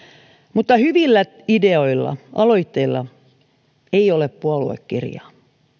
mutta hyvillä ideoilla aloitteilla ei ole puoluekirjaa